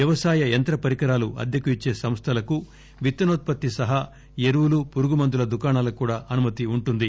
వ్యవసాయ యంత్ర పరికరాలు అద్దెకు ఇచ్చే సంస్థలకు విత్తనోత్పత్తి సహా ఎరువులు పురుగుమందుల దుకాణాలకు కూడా అనుమతి ఉంటుంది